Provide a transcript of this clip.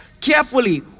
carefully